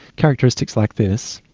characteristics like this,